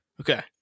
Okay